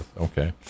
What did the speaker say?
okay